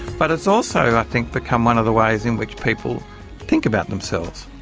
but it's also i think become one of the ways in which people think about themselves.